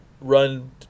run